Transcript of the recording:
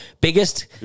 biggest